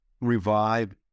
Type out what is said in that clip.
revive